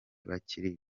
bakiri